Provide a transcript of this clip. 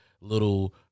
Little